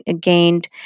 gained